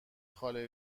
خاله